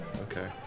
Okay